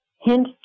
hint